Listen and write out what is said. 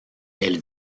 elle